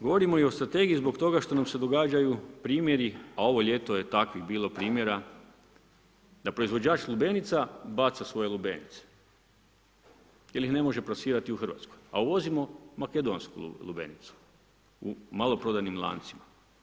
Govorimo i o strategiji zbog toga što nam se događaju primjeri, a ovo ljeto je takvih bilo primjera, da proizvođač lubenica baca svoje lubenice, jer ih ne može plasirati u Hrvatsku a uvozimo makedonsku lubenicu u maloprodajnim lancima.